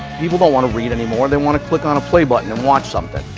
people don't want to read anymore, they want to click on play button to watch something.